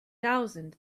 thousand